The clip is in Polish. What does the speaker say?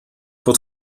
pod